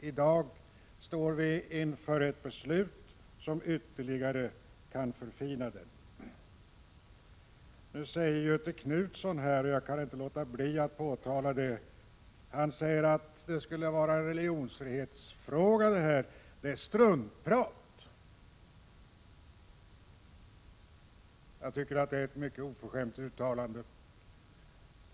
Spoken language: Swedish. I dag står vi inför ett beslut som ytterligare kan förfina den. Nu säger Göthe Knutson att det är struntprat att det här skulle vara en religionsfrihetsfråga. Jag tycker att det är ett mycket oförskämt uttalande.